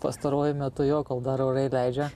pastaruoju metu jo kol dar orai leidžia